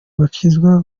bakizwa